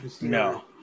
No